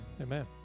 Amen